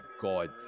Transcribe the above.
god